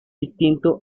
distinto